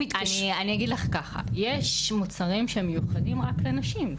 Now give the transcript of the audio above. יש מוצרים שהם מיוחדים רק לנשים.